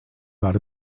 about